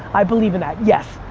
i believe in that. yes,